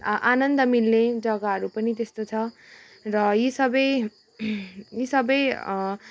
आनन्द मिल्ने जग्गाहरू पनि त्यस्तो छ र यी सबै यी सबै